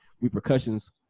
repercussions